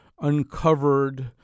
uncovered